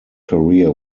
career